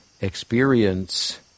experience